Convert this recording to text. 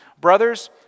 Brothers